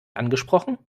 angesprochen